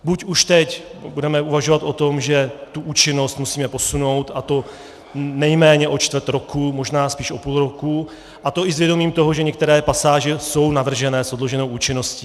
Buď už teď budeme uvažovat o tom, že účinnost musíme posunout, a to nejméně o čtvrt roku, možná spíš o půl roku, a to i s vědomím toho, že některé pasáže jsou navržené s odloženou účinností.